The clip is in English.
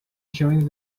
joined